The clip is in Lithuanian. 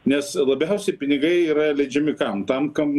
nes labiausiai pinigai yra leidžiami kam tam kam